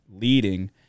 leading